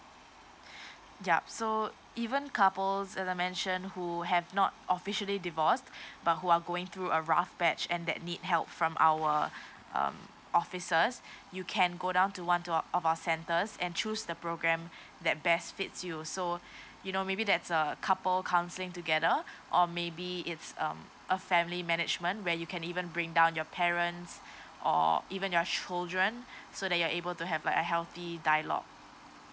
yup so even couples as I mention who have not officially divorced but who are going through a rough batch and they need help from our um officers you can go down to one to our centres and choose the program that best fits you so you know maybe that's uh couple counselling together or maybe is um a family management where you can even bring down your parents or even your children so that you are able to have like a healthy dialogue